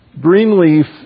Greenleaf